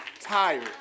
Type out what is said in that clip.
tired